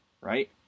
Right